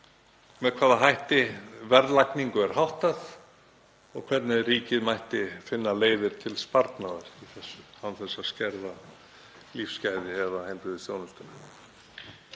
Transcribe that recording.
með hvaða hætti verðlagningu er háttað og hvernig ríkið mætti finna leiðir til sparnaðar án þess að skerða lífsgæði eða heilbrigðisþjónustu.